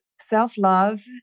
self-love